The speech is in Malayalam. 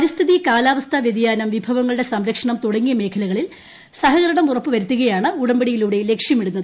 പരിസ്ഥിതി കാലാവസ്ഥാ വ്യതിയാനം വിഭവങ്ങളുടെ സംരക്ഷണം തുടങ്ങിയ മേഖലകളിൽ സഹകരണം ഉറപ്പു വരുത്തുകയാണ് ഉടമ്പടിയിലൂടെ ലക്ഷ്യമിടുന്നത്